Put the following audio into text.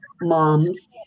moms